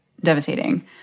devastating